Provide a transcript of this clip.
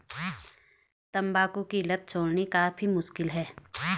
तंबाकू की लत छोड़नी काफी मुश्किल है